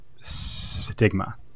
stigma